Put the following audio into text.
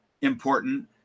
important